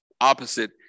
opposite